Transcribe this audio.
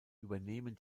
übernehmen